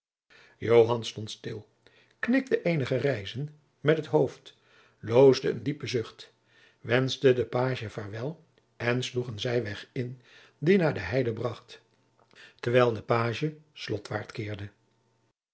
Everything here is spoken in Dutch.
stond stil knikte eenige reizen met het hoofd loosde een diepen zucht wenschte den pagie vaarwel en sloeg een zijweg in die naar de heide bracht terwijl de pagie